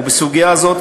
וסוגיה זו,